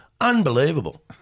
Unbelievable